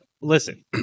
Listen